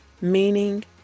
meaning